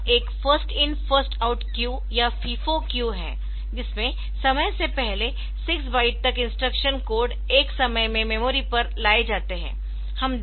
तो यह एक first in first out queue या FIFO क्यू है जिसमें समय से पहले 6 बाइट तक इंस्ट्रक्शन कोड एक समय में मेमोरी पर लाए जाते है